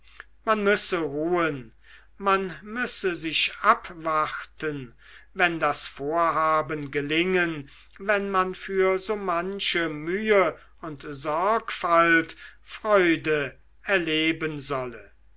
man müsse ruhen man müsse sich abwarten wenn das vorhaben gelingen wenn man für so manche mühe und sorgfalt freude erleben solle